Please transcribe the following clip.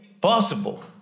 possible